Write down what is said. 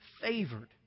favored